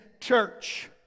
church